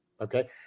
okay